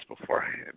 beforehand